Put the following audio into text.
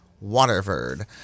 Waterford